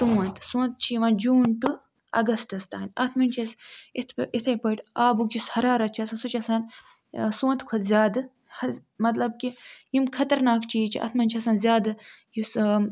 سونٛت سونٛت چھُ یِوان جوٗن ٹُو اَگَسٹَس تانۍ اَتھ مَنٛز چھ اَسہِ یِتھٕ پٲٹھۍ یِتھٕے پٲٹھۍ آبُک یُس حرارت چھُ آسان سُہ چھُ آسان سونتہٕ کھۄتہٕ زیادٕ مَطلَب کہِ یِم خَطرناک چیٖز چھِ اَتھ مَنٛز چھِ آسان زیادٕ یُس